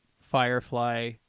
Firefly